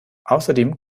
außerdem